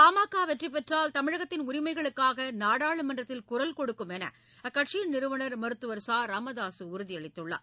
பாமக வெற்றி பெற்றால் தமிழகத்தின் உரிமைகளுக்காக நாடாளுமன்றத்தில் குரல் கொடுக்கும் என அக்கட்சியின் நிறுவனர் மருத்துவர ச ராமதாசு உறுதியளித்துள்ளார்